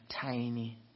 tiny